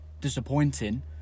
disappointing